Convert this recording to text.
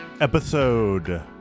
episode